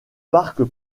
parc